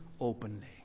openly